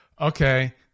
okay